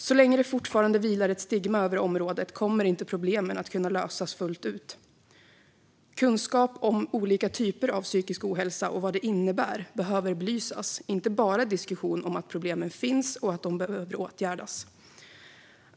Så länge det vilar ett stigma över området kommer problemen inte att kunna lösas fullt ut. Kunskap om olika typer av psykisk ohälsa och vad det innebär behöver belysas. Det ska inte bara vara en diskussion om att problemen finns och att de måste åtgärdas.